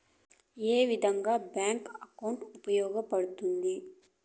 ఏ విధంగా bank account ఉపయోగపడతాయి పడ్తుంది